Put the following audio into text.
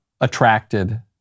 attracted